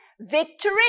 victory